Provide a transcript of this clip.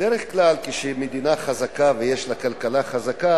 בדרך כלל כשמדינה חזקה ויש לה כלכלה חזקה,